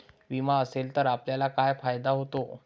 विमा असेल तर आपल्याला काय फायदा होतो?